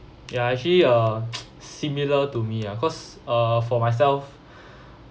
ya actually uh similar to me ah cause uh for myself